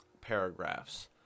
paragraphs